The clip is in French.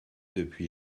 depuis